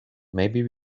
maybe